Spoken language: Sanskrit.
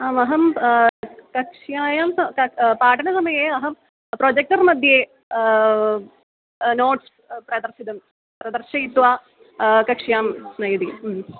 आम् अहं कक्ष्यायां त पाठनसमये अहं प्रोजेक्टर् मध्ये नोट्स् प्रदर्शितं प्रदर्शयित्वा कक्ष्यां नयति